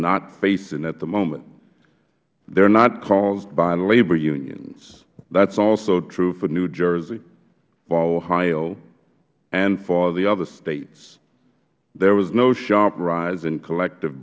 not facing at the moment they are not caused by labor unions that is also true for new jersey for ohio and for the other states there was no sharp rise in collective